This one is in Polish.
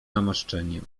namaszczeniem